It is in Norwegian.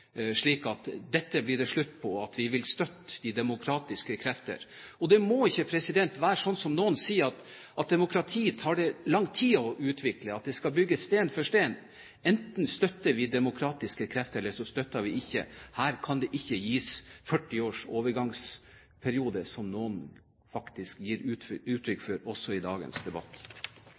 slik at dette blir det slutt på, og at vi vil støtte de demokratiske krefter. Og det må ikke være slik som noen sier, at demokrati tar det lang tid å utvikle, at det skal bygges sten for sten. Enten støtter vi demokratiske krefter, eller så gjør vi det ikke. Her kan det ikke gis en 40 års overgangsperiode, som noen faktisk gir uttrykk for også i dagens debatt.